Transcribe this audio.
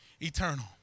eternal